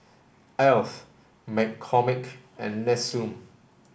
Alf McCormick and Nestum